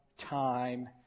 time